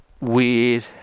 weird